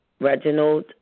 Reginald